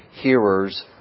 hearers